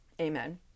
Amen